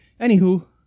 Anywho